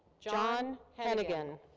john henegman.